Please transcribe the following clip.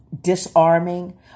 disarming